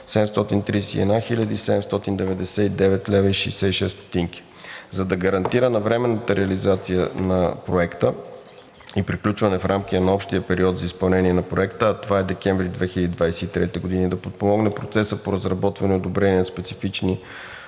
731 хил. 799,66 лв. За да гарантира навременната реализация и приключването в рамките на общия период за изпълнение на Проекта, а това е декември 2023 г., и да подпомогне процеса по разработване и одобрение на специфични